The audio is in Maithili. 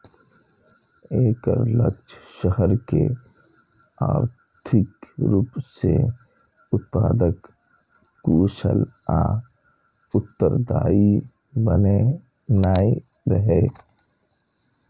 एकर लक्ष्य शहर कें आर्थिक रूप सं उत्पादक, कुशल आ उत्तरदायी बनेनाइ रहै